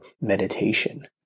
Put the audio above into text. meditation